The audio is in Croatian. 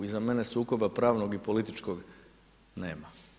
Iza mene sukoba pravnog i političkog nema.